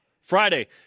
Friday